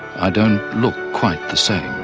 i don't look quite the same.